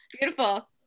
beautiful